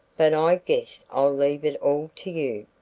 but i guess i'll leave it all to you.